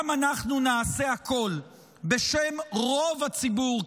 גם אנחנו נעשה הכול בשם רוב הציבור,